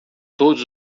todos